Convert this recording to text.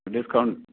discount